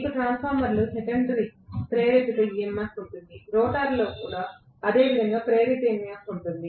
మీకు ట్రాన్స్ఫార్మర్లో సెకండరీ ప్రేరిత EMF ఉంటుంది రోటర్లో అదే విధంగా ప్రేరేపిత EMF ఉంటుంది